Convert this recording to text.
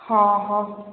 ହଁ ହଉ